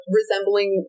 resembling